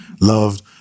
loved